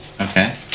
Okay